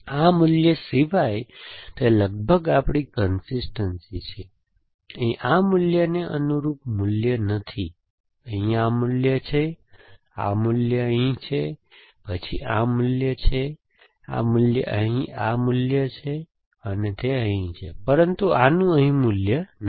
આ મૂલ્ય સિવાય તે લગભગ આપણી કન્સિસ્ટનસી છે અહીં આ મૂલ્યને અનુરૂપ મૂલ્ય નથી અહીં આ મૂલ્ય છે આ મૂલ્ય અહીં છે અને પછી આ મૂલ્ય ત્યાં છે આ મૂલ્ય અહીં આ મૂલ્ય છે અને તે અહીં છે પરંતુ આનું અહીં મૂલ્ય નથી